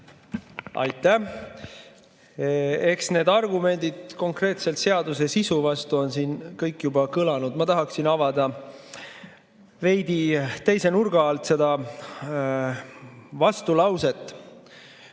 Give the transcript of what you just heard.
Aitäh! Eks need argumendid konkreetselt seaduse sisu vastu on siin kõik juba kõlanud. Ma tahaksin avada veidi teise nurga alt seda vastulauset